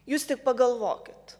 jūs tik pagalvokit